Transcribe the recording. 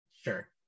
Sure